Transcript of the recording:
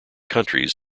countries